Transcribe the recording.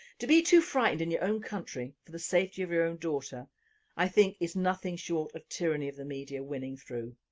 to be too frightened in your own country for the safety of your own daughter i think is nothing short of the tyranny of the media winning through.